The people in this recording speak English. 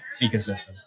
ecosystem